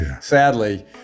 sadly